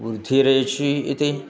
वृद्धिरेचि इति